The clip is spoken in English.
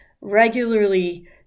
regularly